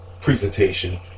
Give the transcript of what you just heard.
presentation